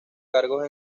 cargos